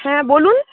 হ্যাঁ বলুন